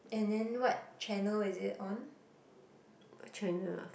and then what channel is it on